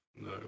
no